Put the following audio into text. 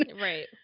Right